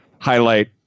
highlight